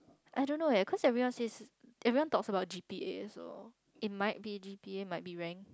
I don't know eh cause everyone says everyone talks about G_P_A so it might be G_P_A might be rank